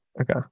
Okay